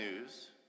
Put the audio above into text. news